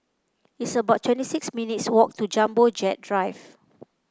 it's about twenty six minutes' walk to Jumbo Jet Drive